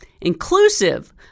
inclusive